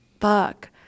fuck